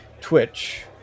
Twitch